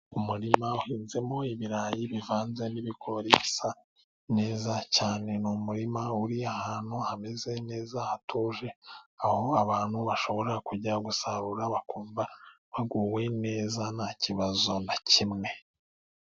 Umurima uhinzemo ibirayi bivanze n' ibigori bisa neza cyane ni umurima uri ahantu hameze neza hatuje, aho abantu bashobora kujya gusarura bakumva baguwe neza nta kibazo na kimwe.